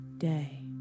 day